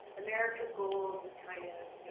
americas goals is kind of, you know,